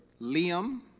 Liam